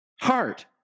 heart